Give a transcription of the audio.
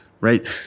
right